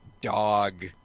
dog